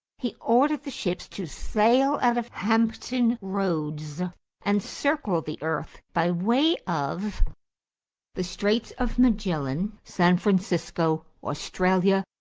he ordered the ships to sail out of hampton roads and circle the earth by way of the straits of magellan, san francisco, australia,